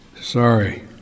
Sorry